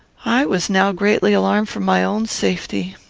i was now greatly alarmed for my own safety.